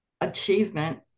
achievement